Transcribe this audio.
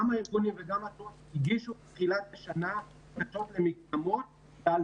גם הארגונים תנועות הנוער הגישו בתחילת השנה בקשות למקדמות ועל